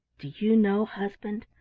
do you know, husband,